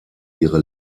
ihre